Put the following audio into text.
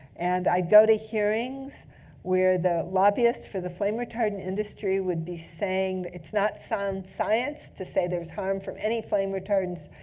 and i'd go to hearings where the lobbyists for the flame retardant industry would be saying it's not sound science to say there's harm from any flame retardants.